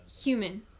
human